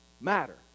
matter